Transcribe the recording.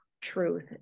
truth